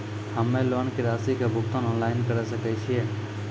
हम्मे लोन के रासि के भुगतान ऑनलाइन करे सकय छियै?